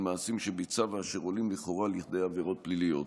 מעשים שביצע ואשר עולים לכאורה לכדי עבירות פליליות.